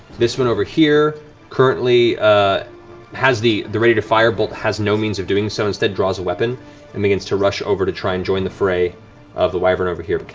this one over here currently ah has the the ready-to-fire bolt, has no means of doing so, instead draws a weapon and begins to rush over to try and join the fray with the wyvern over here,